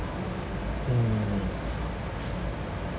mm